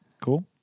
Cool